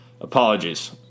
apologies